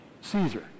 Caesar